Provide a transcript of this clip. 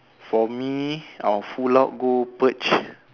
for me I will full out go purge